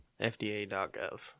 FDA.gov